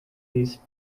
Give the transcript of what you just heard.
these